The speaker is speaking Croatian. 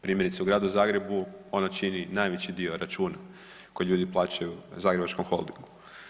Primjerice u Gradu Zagrebu ona čini najveći dio računa koji ljudi plaćaju Zagrebačkom holdingu.